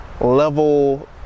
level